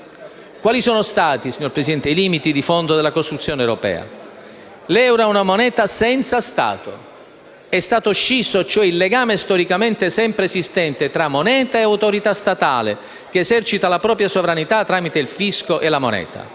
Quali sono stati, signor Presidente, i limiti di fondo della costruzione europea? L'euro è una moneta senza Stato. È stato scisso, cioè, il legame storicamente sempre esistente fra moneta e autorità statale, che esercita la propria sovranità tramite il fisco e la moneta.